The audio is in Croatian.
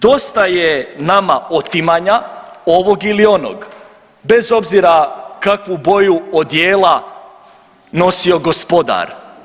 Dosta je nama otimanja ovog ili onog bez obzira kakvu boju odjela nosio gospodar.